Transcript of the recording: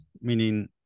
meaning